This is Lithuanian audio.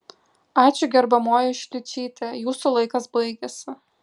ačiū gerbiamoji šličyte jūsų laikas baigėsi